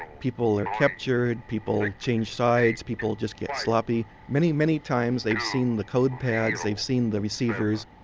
people are captured, people like changed sides, people just gets sloppy. many, many times they have seen the code pads, they have seen the receivers.